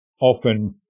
often